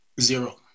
Zero